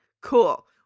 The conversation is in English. Cool